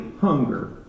hunger